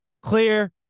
clear